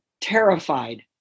terrified